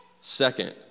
Second